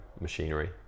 machinery